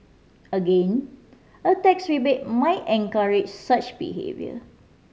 again a tax rebate might encourage such behaviour